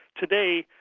today,